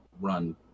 run